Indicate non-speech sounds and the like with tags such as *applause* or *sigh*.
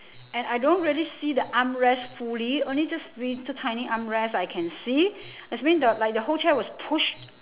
and I don't really see the armrest fully only just re~ t~ tiny little armrest I can see *breath* that mean the like the whole chair was pushed